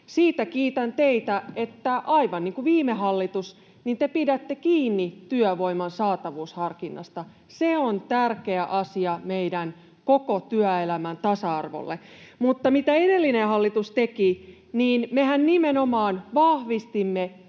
Siitä kiitän teitä, että aivan niin kuin viime hallitus, te pidätte kiinni työvoiman saatavuusharkinnasta. Se on tärkeä asia meidän koko työelämän tasa-arvolle. Mutta mitä edellinen hallitus teki: mehän nimenomaan vahvistimme